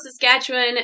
Saskatchewan